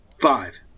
five